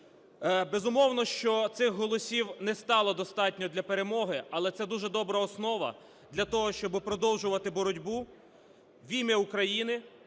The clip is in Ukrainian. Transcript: Безумовно, що цих голосів не стало достатньо для перемоги, але це дуже добра основа для того, щоби продовжувати боротьбу в ім'я України,